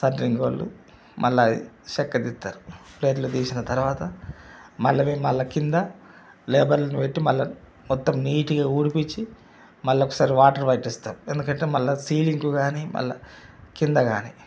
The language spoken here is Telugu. సెంటరింగ్ వాళ్ళు మళ్ళా చెక్క తీస్తారు ప్లేటులు తీసిన తర్వాత మళ్ళా ఇవి మళ్ళా కింద లేబర్లను పెట్టి మళ్ళా మొత్తం నీట్గా ఊడిపించి మళ్ళా ఒకసారి వాటర్ పెట్టిస్తారు ఎందుకంటే మళ్ళా సీలింగ్కు కానీ మళ్ళా కింద కానీ